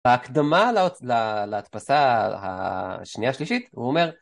בהקדמה להדפסה השנייה השלישית, הוא אומר